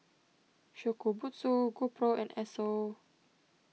Shokubutsu GoPro and Esso